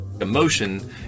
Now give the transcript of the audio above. Emotion